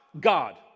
God